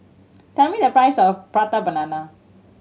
tell me the price of Prata Banana